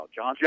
John